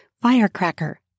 Firecracker